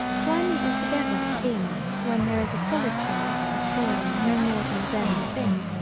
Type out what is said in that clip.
climbing altogether in when there is a solid chance of soiling no more than a dirty thing,